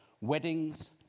weddings